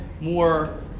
More